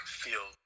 feel